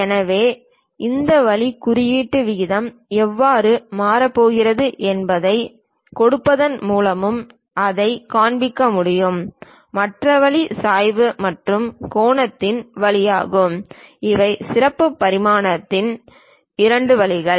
எனவே இந்த வழி குறியீட்டு விகிதம் எவ்வாறு மாறப்போகிறது என்பதைக் கொடுப்பதன் மூலமும் அதைக் காண்பிக்க முடியும் மற்ற வழி சாய்வு மற்றும் கோணத்தின் வழியாகும் இவை சிறப்பு பரிமாணத்தின் இரண்டு வழிகள்